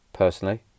personally